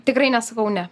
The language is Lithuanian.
tikrai nesakau ne